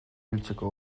hiltzeko